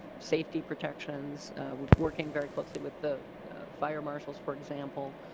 safety protections we're working very closely with the fire marshals for example.